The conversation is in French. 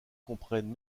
comprennent